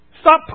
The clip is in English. Stop